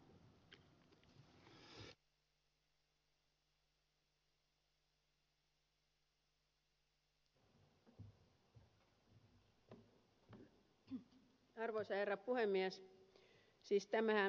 arvoisa herra puhemies